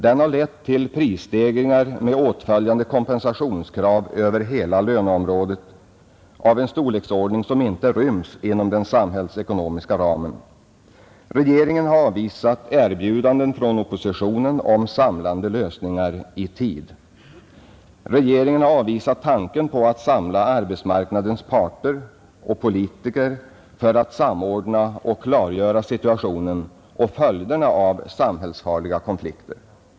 Den har lett till prisstegringar med åtföljande kompensationskrav över hela löneområdet av en storleksordning, som inte ryms inom den samhällsekonomiska ramen. Regeringen har avvisat erbjudande från oppositionen om samlande lösningar i tid. Regeringen har avvisat tanken på att samla arbetsmarknadens parter och politikerna för att samordna och klargöra situationen och följderna av samhällsfarliga konflikter.